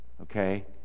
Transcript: okay